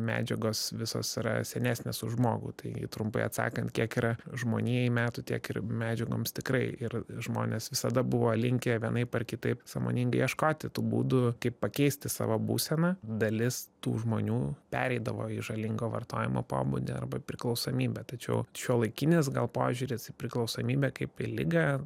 medžiagos visos yra senesnės už žmogų tai trumpai atsakant kiek yra žmonijai metų tiek ir medžiagoms tikrai ir žmonės visada buvo linkę vienaip ar kitaip sąmoningai ieškoti tų būdų kaip pakeisti savo būseną dalis tų žmonių pereidavo į žalingo vartojimo pobūdį arba priklausomybę tačiau šiuolaikinis gal požiūris į priklausomybę kaip į ligą